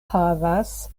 havas